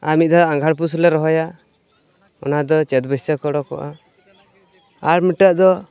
ᱟᱨ ᱢᱤᱫ ᱫᱷᱟᱣ ᱟᱸᱜᱷᱟᱲ ᱯᱩᱥᱞᱮ ᱨᱚᱦᱚᱭᱟ ᱚᱱᱟᱫᱚ ᱪᱟᱹᱛ ᱵᱟᱹᱭᱥᱟᱹᱠ ᱩᱰᱩᱠᱚᱜᱼᱟ ᱟᱨ ᱢᱤᱫᱴᱟᱝ ᱫᱚ